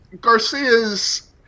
Garcia's